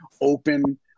open